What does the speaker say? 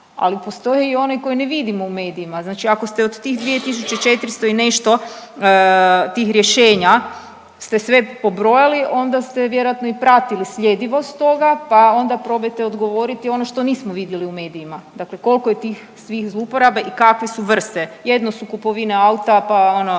ali postoje i one koje ne vidimo u medijima. Znači ako ste od tih 2 tisuće 400 i nešto tih rješenja ste sve pobrojali, onda ste vjerojatno i pratili sljedivost toga, pa onda probajte odgovoriti ono što nismo vidjeli u medijima. Dakle, koliko je tih svih zlouporaba i kakve su vrste. Jedno su kupovina auta pa ono